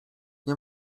nie